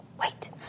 wait